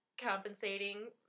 compensating